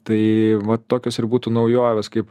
tai vat tokios ir būtų naujovės kaip